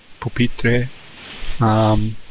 Pupitre